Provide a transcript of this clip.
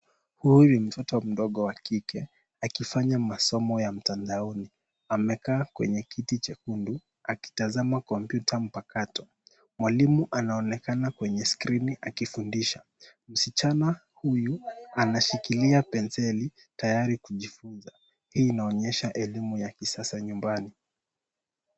Huyu ni mtoto mdogo wa kike akifanya masomo ya mtandaoni. Amekaa kwenye kiti chekundu akitazama kompyuta mpakato. Mwalimu anaonekana kwenye skrini akifundisha. Msichana huyu anashikilia penseli tayari kujifunza. Hii inaonyesha elimu ya kisasa nyumbani.